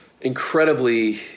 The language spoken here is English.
incredibly